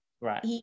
right